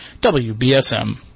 WBSM